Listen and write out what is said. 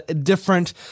different